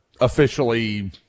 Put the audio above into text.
Officially